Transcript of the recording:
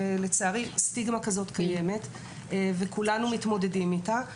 לצערי סטיגמה כזאת קיימת וכולנו מתמודדים איתה.